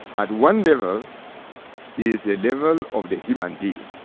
at one level is the level of the human being,